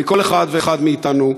מכל אחד ואחד מאתנו,